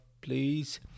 please